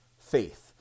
faith